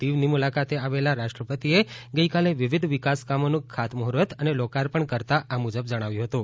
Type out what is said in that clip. દીવની મુલાકાતે આવેલા રાષ્ટ્રપતિએ ગઈકાલે વિવિધ વિકાસકામોનું ખાતમૂહર્ત અને લોકાર્પણ કરતા આ મુજબ જણાવ્યું હતું